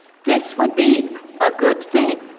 this would be a good thing.